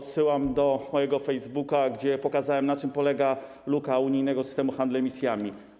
Odsyłam do mojego Facebooka, gdzie pokazałem, na czym polega luka unijnego systemu handlu emisjami.